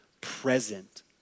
present